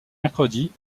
mercredi